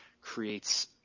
creates